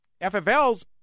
FFLs